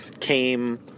came